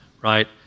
right